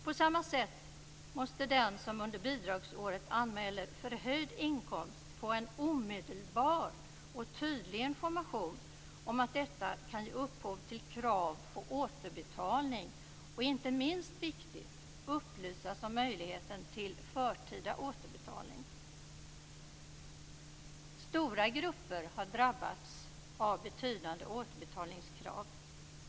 På samma sätt måste den som under bidragsåret anmäler förhöjd inkomst få en omedelbar och tydlig information om att detta kan ge upphov till krav på återbetalning och - inte minst viktigt - upplysas om möjligheten till förtida återbetalning. Stora grupper har drabbats av betydande återbetalningskrav.